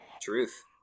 Truth